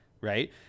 right